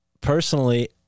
personally